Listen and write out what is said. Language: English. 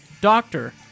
doctor